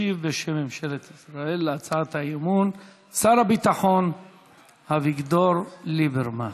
בשם ממשלת ישראל ישיב על הצעת האי-אמון שר הביטחון אביגדור ליברמן.